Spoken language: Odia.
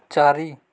ଚାରି